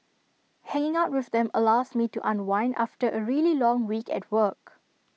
hanging out with them allows me to unwind after A really long week at work